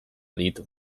ditu